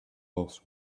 also